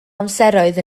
amseroedd